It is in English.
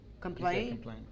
Complain